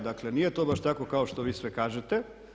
Dakle nije to baš tako kao što vi sve kažete.